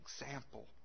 example